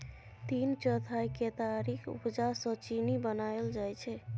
तीन चौथाई केतारीक उपजा सँ चीन्नी बनाएल जाइ छै